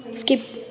skip